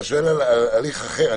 אתה שואל על הליך אחר.